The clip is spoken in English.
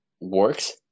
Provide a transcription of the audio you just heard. works